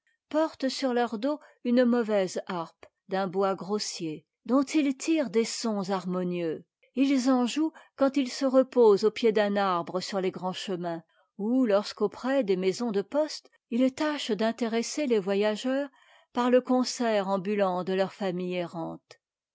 portent sur leur dos une mauvaise harpe d'un bois grossier dont ils tirent des sons harmonieux j s en jouent quand ils se reposent au pied d'un arbre sur les grands chemins ou lorsque auprès des maisons de poste ils tâchent d'intéresser les voyageurs par le concert ambulant de leur famille errante